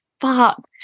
Fuck